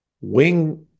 wing